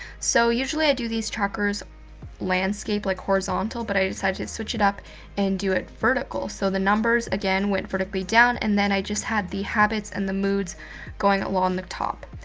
so, usually i do these trackers landscape like, horizontal but i decided to switch it up and do it vertical. so the numbers, again, went vertically down and then i just had the habits and the moods going along the top.